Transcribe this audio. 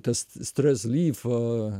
tas stress leave